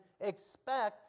expect